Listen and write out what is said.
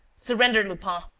surrender, lupin!